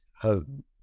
home